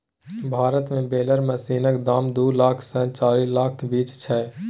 भारत मे बेलर मशीनक दाम दु लाख सँ चारि लाखक बीच छै